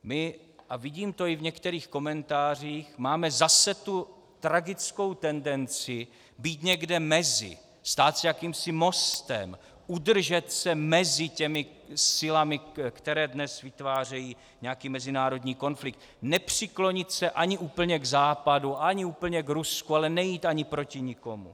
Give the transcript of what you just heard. My, a vidím to i v některých komentářích, máme zase tu tragickou tendenci být někde mezi, stát se jakýmsi mostem, udržet se mezi těmi silami, které dnes vytvářejí nějaký mezinárodní konflikt, nepřiklonit se ani úplně k Západu, ani úplně k Rusku, ale nejít ani proti nikomu.